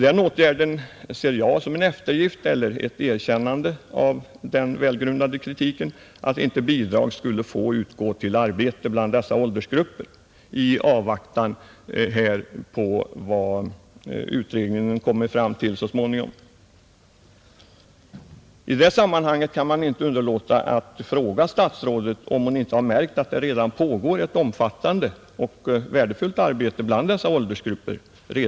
Den åtgärden får väl ses som en eftergift eller ett erkännande av den välgrundade kritiken mot att inte bidrag skulle få utgå till arbete bland dessa åldersgrupper i avvaktan på vad utredningen så småningom kommer fram till. I det sammanhanget kan jag inte underlåta att fråga statrådet Odhnoff om hon inte har märkt att det redan pågår ett omfattande och värdefullt arbete bland dessa åldersgrupper.